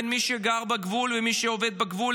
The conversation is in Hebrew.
בין מי שגר בגבול למי שעובד בגבול,